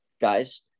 guys